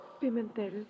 Pimentel